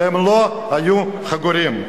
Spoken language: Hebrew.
שהם לא היו חגורים.